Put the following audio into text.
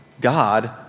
God